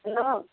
hello